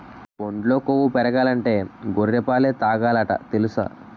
ఒంట్లో కొవ్వు పెరగాలంటే గొర్రె పాలే తాగాలట తెలుసా?